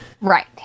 Right